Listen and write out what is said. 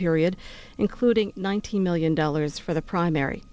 period including nineteen million dollars for the primary